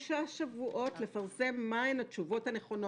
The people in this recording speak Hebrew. שלושה שבועות לפרסם מה הן התשובות הנכונות.